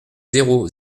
zéro